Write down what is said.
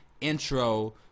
intro